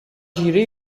җире